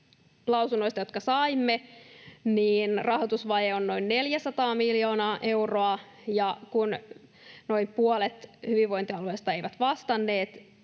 lausunnoista, jotka saimme, rahoitusvaje on noin 400 miljoonaa euroa. Ja kun noin puolet hyvinvointialueista ei vastannut